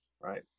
Right